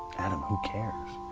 adam, who cares?